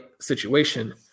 situation